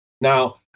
Now